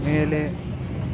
ಮೇಲೆ